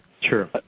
Sure